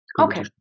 Okay